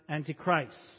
Antichrist